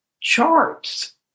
charts